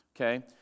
Okay